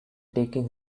taking